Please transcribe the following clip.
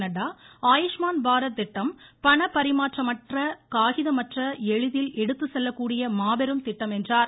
நட்டா ஆயுஷ்மான் பாரத் திட்டம் பணப்பரிமாற்றம் அற்ற காகிதமற்ற எளிதில் எடுத்துச் செல்லக்கூடிய மாபெரும் திட்டம் என்றார்